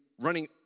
running